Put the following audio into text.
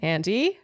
Andy